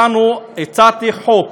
הצעתי חוק